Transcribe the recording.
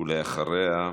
ואחריה,